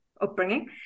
upbringing